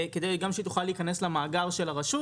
וכדי גם שתוכל להיכנס למאגר של הרשות